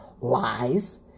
lies